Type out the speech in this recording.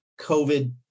COVID